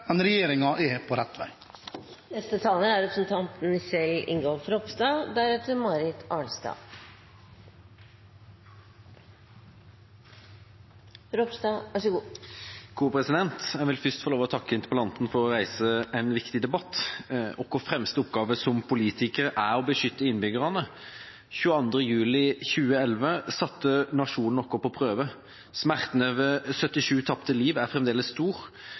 men regjeringen er på rett vei. Jeg vil først få lov til å takke interpellanten for å reise en viktig debatt. Vår fremste oppgave som politikere er å beskytte innbyggerne. 22. juli 2011 satte nasjonen vår på prøve. Smerten over 77 tapte liv er fremdeles stor.